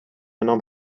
نام